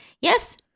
Yes